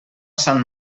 sant